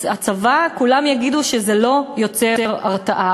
הצבא, כולם יגידו שזה לא יוצר הרתעה.